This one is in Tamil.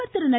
பிரதமர் திரு